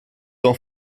d’en